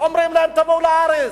אומרים להם, תבואו לארץ,